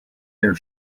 their